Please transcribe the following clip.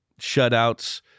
shutouts